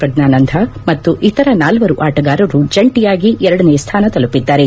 ಪ್ರಗ್ನಾನಂಧ ಮತ್ತು ಇತರ ನಾಲ್ವರು ಆಟಗಾರರು ಜಂಟಿಯಾಗಿ ಎರಡನೇ ಸ್ಥಾನ ತಲುಪಿದ್ದಾರೆ